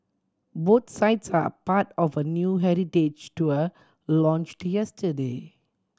both sites are part of a new heritage tour launched yesterday